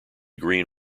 green